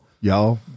y'all